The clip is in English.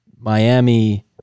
Miami